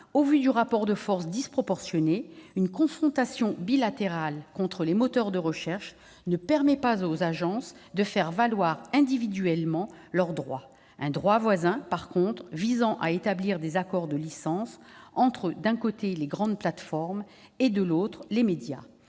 du rapport de force, une confrontation bilatérale avec les moteurs de recherche ne permettrait pas aux agences de faire valoir individuellement leurs droits. En revanche, un droit voisin visant à établir des accords de licence entre, d'un côté, les grandes plateformes et, de l'autre, les médias,